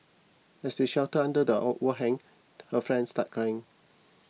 as they sheltered under the overhang her friend started crying